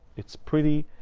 it's pretty,